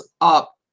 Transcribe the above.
up